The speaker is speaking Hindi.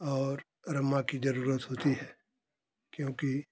और रमा की जरूरत होती है क्योंकि